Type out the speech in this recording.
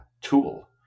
tool